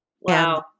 Wow